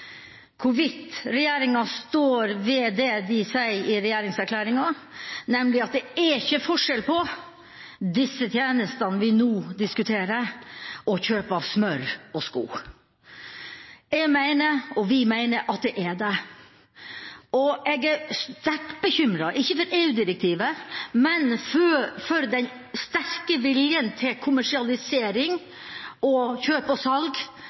hvorvidt regjeringa står ved det de sier i regjeringserklæringa, nemlig at det ikke er forskjell på de tjenestene vi nå diskuterer, og kjøp av smør og sko. Jeg mener – og vi mener – at det er det. Jeg er sterkt bekymret ikke over EU-direktivet, men over den sterke viljen til kommersialisering, kjøp og salg,